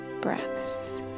breaths